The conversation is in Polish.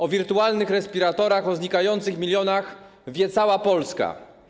O wirtualnych respiratorach, o znikających milionach wie cała Polska.